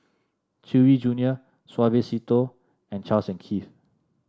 Chewy Junior Suavecito and Charles and Keith